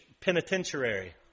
penitentiary